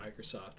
Microsoft